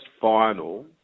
final